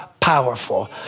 powerful